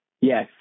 Yes